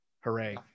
Hooray